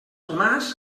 tomàs